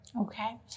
okay